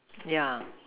ya